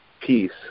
peace